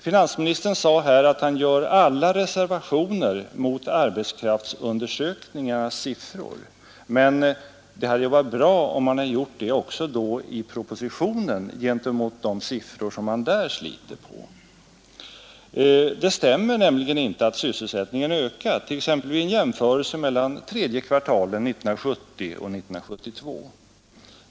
Finansministern sade här att han gör alla reservationer mot arbetskraftsundersökningarnas siffror, men det hade varit bra om han då hade gjort det också i propositionen, gentemot de siffror han där sliter på. Det stämmer nämligen inte att sysselsättningen ökat t.ex. vid en jämförelse mellan tredje kvartalet 1970 och tredje kvartalet 1972.